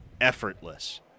effortless